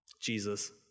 Jesus